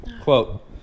quote